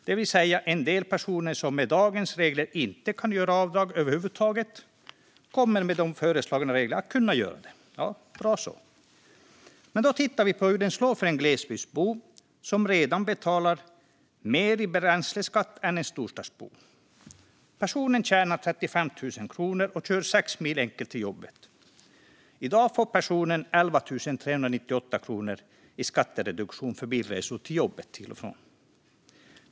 Det vill säga: En del personer som med dagens regler inte kan göra avdrag över huvud taget kommer med de föreslagna reglerna att kunna göra det. Det är bra så. Då tittar vi på hur det slår för en glesbygdsbo som redan betalar mer i bränsleskatt än en storstadsbo. Personen tjänar 35 000 kronor och kör 6 mil enkel väg till jobbet. I dag får personen 11 398 kronor i skattereduktion för bilresor till och från jobbet.